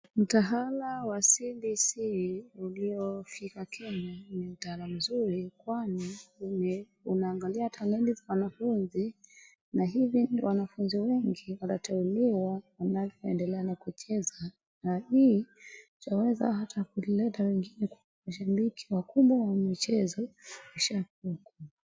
Mtahala wa CBC uliofika Kenya ni mtaala mzuri kwani inaangali talanta za wanafunzi na hivi wanafunzi wengi wanateuliwa wanaendelea na kucheza na hii inaweza kuleta hata wengine mashabiki wakubwa wa michezo.